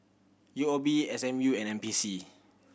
U O B S M U and N P C